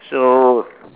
so